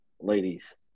ladies